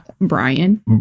Brian